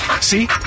See